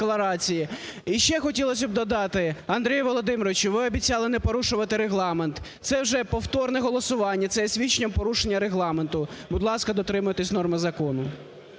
І ще хотілося б додати. Андрій Володимирович, ви обіцяли не порушувати Регламент. Це вже повторне голосування, це є свідченням порушення Регламенту. Будь ласка, дотримуйтесь норми закону.